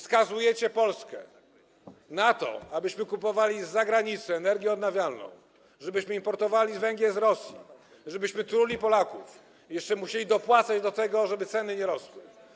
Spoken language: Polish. Skazujecie Polskę na to, abyśmy kupowali z zagranicy energię odnawialną, żebyśmy importowali węgiel z Rosji, żebyśmy truli Polaków i jeszcze musieli dopłacać do tego, żeby ceny nie rosły.